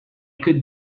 could